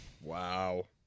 Wow